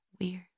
weird